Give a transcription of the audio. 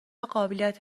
قابلیت